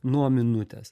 nuo minutės